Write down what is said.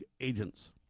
agents